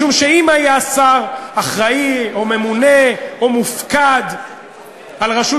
משום שאם היה שר אחראי או ממונה או מופקד על רשות